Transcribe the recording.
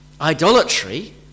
idolatry